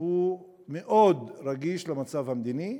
מאוד רגיש למצב המדיני,